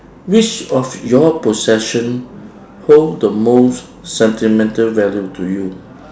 which of your possession hold the most sentimental value to you